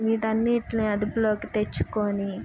వీటన్నిటినీ అదుపులోకి తెచ్చుకొని